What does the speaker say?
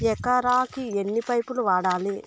ఎకరాకి ఎన్ని పైపులు వాడాలి?